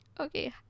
Okay